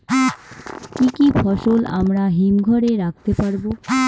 কি কি ফসল আমরা হিমঘর এ রাখতে পারব?